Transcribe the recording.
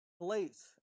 place